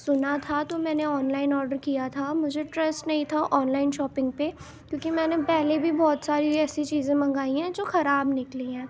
سنا تھا تو میں نے آنلائن آرڈر کیا تھا مجھے ٹرسٹ نہیں تھا آنلائن شاپنگ پہ کیونکہ میں نے پہلے بھی بہت ساری ایسی چیزیں منگائی ہیں جو خراب نکلی ہیں